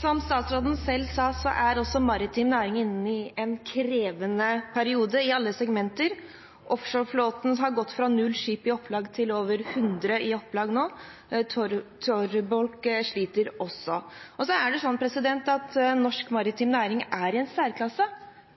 Som statsråden selv sa, er også maritim næring inne i en krevende periode i alle segmenter. Offshoreflåten har gått fra null skip i opplag til over hundre i opplag nå. Tørrbulk sliter også. Og så er det slik at norsk maritim næring er i en særklasse,